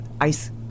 ICE